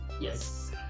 Yes